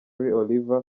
oliver